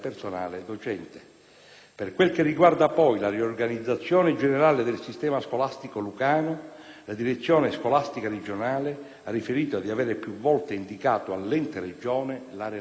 Per quel che riguarda poi la riorganizzazione generale del sistema scolastico lucano, la direzione scolastica regionale ha riferito di avere più volte indicato all'ente Regione la relativa necessità.